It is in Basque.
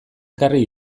ekarri